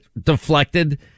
deflected